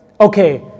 okay